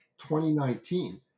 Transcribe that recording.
2019